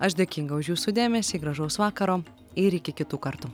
aš dėkinga už jūsų dėmesį gražaus vakaro ir iki kitų kartų